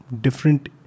different